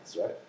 right